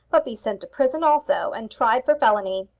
but be sent to prison also and tried for felony.